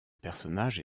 personnage